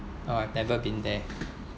oh I've never been there